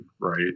right